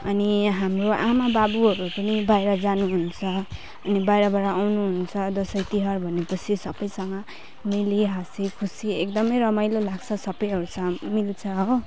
अनि हाम्रो आमाबाबुहरू पनि बाहिर जानुहुन्छ अनि बाहिरबाट आउनुहुन्छ दसैँ तिहार भनेपछि सबैसँग मिली हाँसी खुसी एकदमै रमाइलो लाग्छ सबैहरूसँग मिल्छ हो